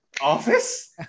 Office